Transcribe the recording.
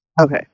Okay